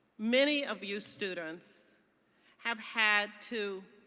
many of you students have had to